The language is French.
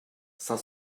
cinq